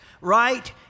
right